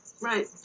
Right